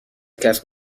کسب